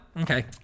Okay